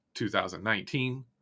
2019